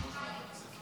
273),